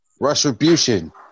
Retribution